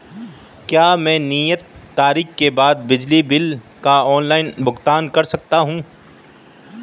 क्या मैं नियत तारीख के बाद बिजली बिल का ऑनलाइन भुगतान कर सकता हूं?